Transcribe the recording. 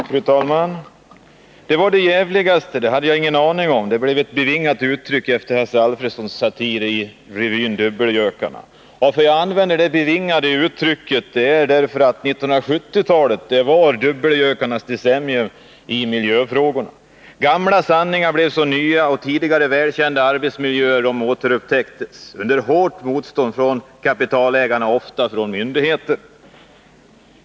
Fru talman! ”Det var det jävligaste, det hade jag ingen aaning om” — det blev ett bevingat uttryck efter Hasse Alfredsons satir i revyn Dubbelgökarna. Jag använder det bevingade uttrycket därför att 1970-talet var dubbelgökarnas decennium i miljöfrågorna. Gamla sanningar blev som nya, och tidigare välkända arbetsmiljörisker återupptäcktes — under hårt motstånd från kapitalägarna och ofta även från myndigheterna.